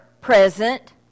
present